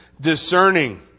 discerning